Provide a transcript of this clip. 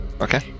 Okay